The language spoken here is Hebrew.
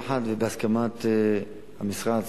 יחד ובהסכמת המשרד,